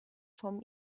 vom